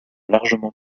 largement